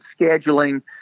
scheduling